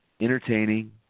entertaining